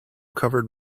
covered